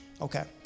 Okay